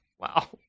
wow